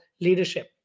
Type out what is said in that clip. leadership